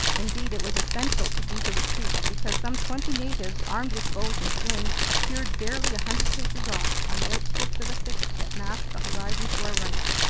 indeed, it was essential to beat a retreat because some twenty natives, armed with bows and slings, appeared barely a hundred paces off, on the outskirts of a thicket that masked the horizon to our right.